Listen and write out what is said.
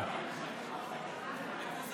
הוא לא